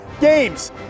games